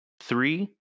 three